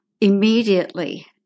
immediately